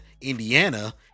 Indiana